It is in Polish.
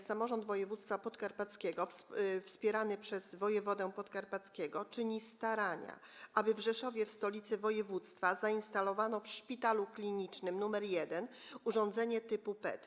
Samorząd województwa podkarpackiego wspierany przez wojewodę podkarpackiego czyni starania, aby w Rzeszowie, w stolicy województwa, zainstalowano w Szpitalu Klinicznym nr 1 urządzenie typu PET.